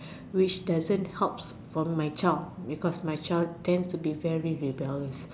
which doesn't helps for my child because my child tends to be very rebellious